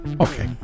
Okay